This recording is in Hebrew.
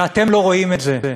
ואתם לא רואים את זה.